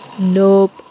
nope